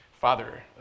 Father